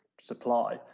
supply